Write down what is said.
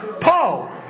Paul